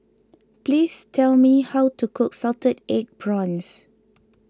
please tell me how to cook Salted Egg Prawns